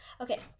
Okay